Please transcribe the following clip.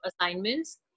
assignments